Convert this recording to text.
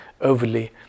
overly